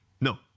no